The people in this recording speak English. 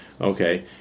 Okay